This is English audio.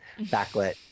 backlit